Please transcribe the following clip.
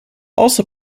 also